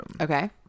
Okay